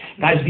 Guys